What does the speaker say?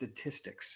statistics